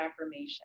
affirmation